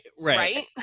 Right